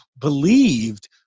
believed